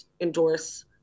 endorse